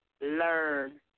learn